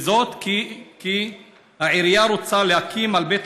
וזאת כי העירייה רוצה להקים על בית